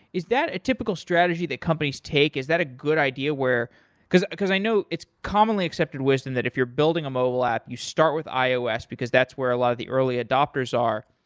is that a typical strategy the companies take? is that a good idea where because because i know it's commonly accepted wisdom that if you're building a mobile app, you start with ios because that's where a lot of the early adopters are.